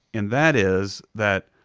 and that is that,